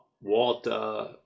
Walter